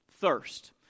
thirst